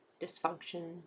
dysfunction